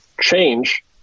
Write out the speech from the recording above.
change